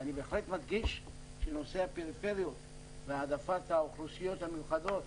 אני בהחלט מדגיש שנושא הפריפריה והעדפת האוכלוסיות המיוחדות,